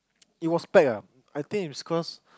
it was pack ah I think it was cause